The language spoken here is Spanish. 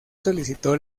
solicitó